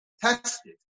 tested